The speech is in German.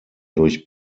durch